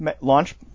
launch